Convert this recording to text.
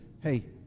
hey